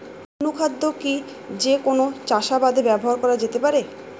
অনুখাদ্য কি যে কোন চাষাবাদে ব্যবহার করা যেতে পারে?